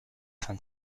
fin